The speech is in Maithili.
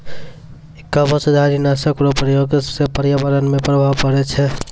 कवचधारी नाशक रो प्रयोग से प्रर्यावरण मे प्रभाव पड़ै छै